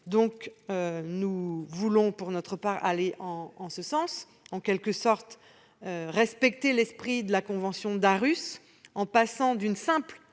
» Nous voulons pour notre part, aller en ce sens, et respecter l'esprit de la convention d'Aarhus en passant d'une simple